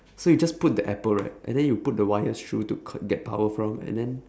so you just put the apple right and then you put the wires through to c~ get power from and then